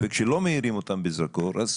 וכשלא מאירים אותן בזרקור אז